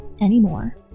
anymore